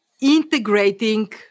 integrating